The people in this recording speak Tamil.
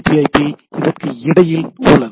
பி ஐபி TCP IP இதற்கு இடையில் உள்ளது